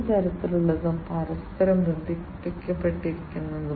smart സെൻസറുകൾക്ക് ഒന്നിലധികം പ്രവർത്തനങ്ങൾ ചെയ്യാൻ കഴിയും